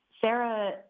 Sarah